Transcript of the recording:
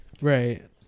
Right